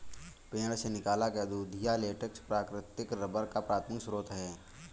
पेड़ से निकाला गया दूधिया लेटेक्स प्राकृतिक रबर का प्राथमिक स्रोत है